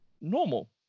normal